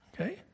Okay